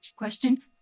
Question